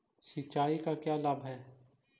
सिंचाई का लाभ है?